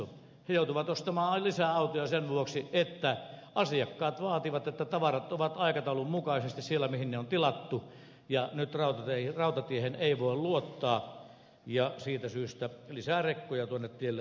he joutuvat ostamaan lisää autoja sen vuoksi että asiakkaat vaativat että tavarat ovat aikataulun mukaisesti siellä mihin ne on tilattu ja nyt rautatiehen ei voi luottaa ja siitä syystä lisää rekkoja tuonne tielle on tulossa